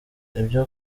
ibyo